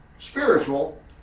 spiritual